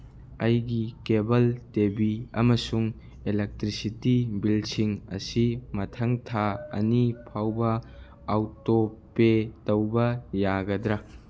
ꯑꯩꯒꯤ cable TV ꯑꯃꯁꯨꯡ electricity ꯕꯤꯜꯁꯤꯡ ꯑꯁꯤ ꯃꯊꯪ ꯊꯥ ꯑꯅꯤ ꯐꯥꯎꯕ ꯑꯧꯇꯣ ꯄꯦ ꯇꯧꯕ ꯌꯥꯒꯗ꯭ꯔꯥ